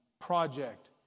project